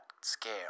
scale